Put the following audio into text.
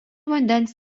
vandens